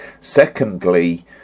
Secondly